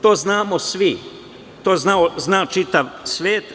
To znamo svi, to zna čitav svet.